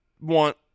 want